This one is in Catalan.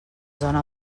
zona